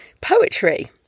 poetry